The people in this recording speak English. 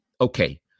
Okay